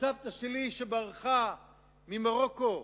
כשסבתא שלי שברחה ממרוקו,